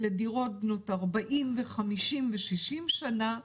אלה דירות בנות 40 ו-50 ו-60 שנים.